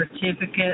certificate